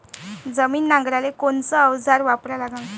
जमीन नांगराले कोनचं अवजार वापरा लागन?